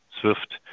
SWIFT